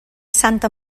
santa